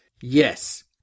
Yes